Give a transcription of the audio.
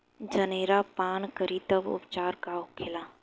जनेरा पान करी तब उपचार का होखेला?